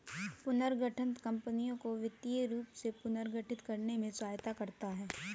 पुनर्गठन कंपनियों को वित्तीय रूप से पुनर्गठित करने में सहायता करता हैं